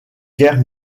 guerre